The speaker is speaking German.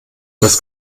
das